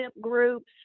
groups